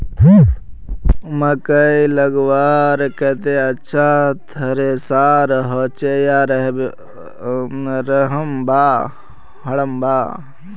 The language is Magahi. मकई मलवार केते अच्छा थरेसर होचे या हरम्बा?